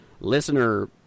listener